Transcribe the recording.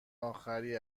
آخری